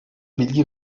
bilgi